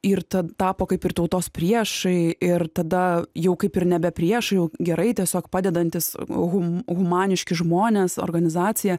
ir tad tapo kaip ir tautos priešai ir tada jau kaip ir nebe priešai gerai tiesiog padedantys humaniški žmonės organizacija